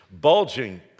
Bulging